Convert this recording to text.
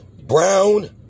brown